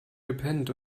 gepennt